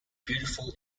beautiful